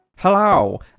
Hello